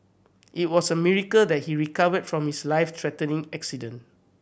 it was a miracle that he recovered from his life threatening accident